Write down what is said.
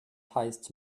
heißt